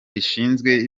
rishinzwe